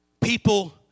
People